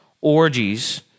orgies